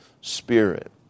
Spirit